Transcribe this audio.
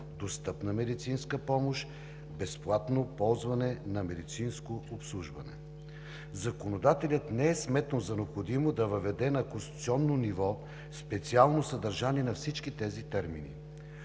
„достъпна медицинска помощ“, „безплатно ползване на медицинско обслужване“. Законодателят не е сметнал за необходимо да въведе на конституционно ниво специално съдържание на всички тези термини.